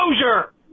closure